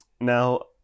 Now